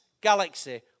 galaxy